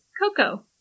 Coco